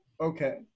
okay